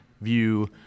view